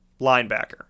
linebacker